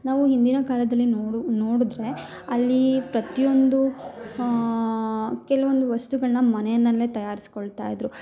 ನಾವು ಹಿಂದಿನ ಕಾಲದಲ್ಲಿ ನೋಡು ನೋಡಿದ್ರೆ ಅಲ್ಲಿ ಪ್ರತಿಯೊಂದು ಕೆಲ್ವೊಂದು ವಸ್ತುಗಳನ್ನ ಮನೆನಲ್ಲೇ ತಯಾರಿಸ್ಕೊಳ್ತಾ ಇದ್ದರು